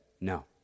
no